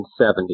1970